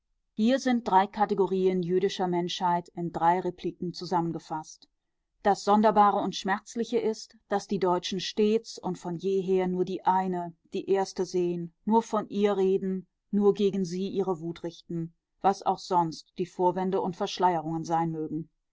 hier sind drei kategorien jüdischer menschheit in drei repliken zusammengefaßt das sonderbare und schmerzliche ist daß die deutschen stets und von jeher nur die eine die erste sehen nur von ihr reden nur gegen sie ihre wut richten was auch sonst die vorwände und verschleierungen sein mögen